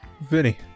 Vinny